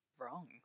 wrong